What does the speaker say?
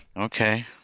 okay